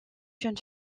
jeune